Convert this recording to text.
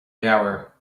leabhar